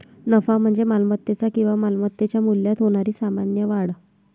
नफा म्हणजे मालमत्तेच्या किंवा मालमत्तेच्या मूल्यात होणारी सामान्य वाढ